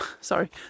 sorry